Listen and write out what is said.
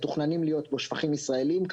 מתוכננים להיות בו שפכים ישראלים.